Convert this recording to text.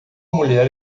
mulher